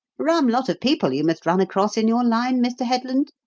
rum lot of people you must run across in your line, mr. headland.